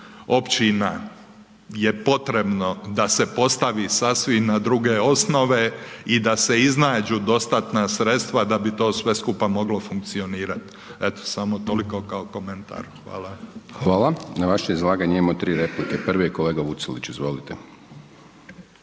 općina je potrebno da se postavi sasvim na druge osnove i da se iznađu dostatna sredstva da bi to sve skupa moglo funkcionirati. Eto, samo toliko kao komentar. **Hajdaš Dončić, Siniša (SDP)** Hvala. Na vaše izlaganje imamo tri replike. Prvi je kolega Vucelić. Izvolite.